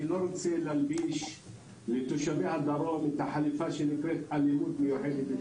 אני לא רוצה להלביש לתושבי הדרום את חליפת האלימות המיוחדת.